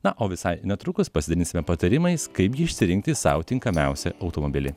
na o visai netrukus pasidalinsime patarimais kaip gi išsirinkti sau tinkamiausią automobilį